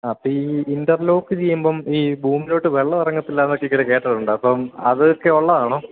ആ അപ്പോള് ഈ ഇൻ്റർലോക്ക് ചെയ്യുമ്പോള് ഈ ഭൂമിയിലേക്ക് വെള്ളം ഇറങ്ങില്ലെന്നൊക്കെ ഇങ്ങനെ കേട്ടിട്ടുണ്ട് അപ്പം അതൊക്കെയുള്ളതാണോ